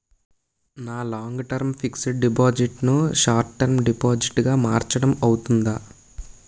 నా long term fixed deposit ను short term deposit గా మార్చటం అవ్తుందా?